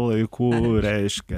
laikų reiškia